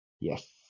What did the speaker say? Yes